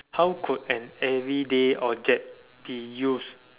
how could an everyday object be used